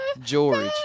George